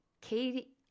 Katie